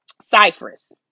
Cyprus